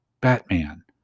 Batman